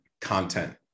content